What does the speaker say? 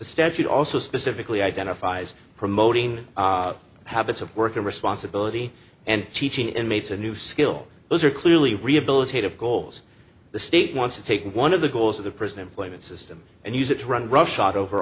statute also specifically identifies promoting habits of work and responsibility and teaching inmates a new skill those are clearly rehabilitative goals the state wants to take one of the goals of the prison employment system and use it to run roughshod over